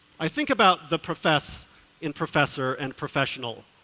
i think about the profess in professor and professional,